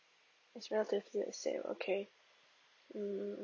it's more to affiliate sale okay mm